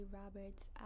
roberts